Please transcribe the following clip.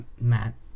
Matt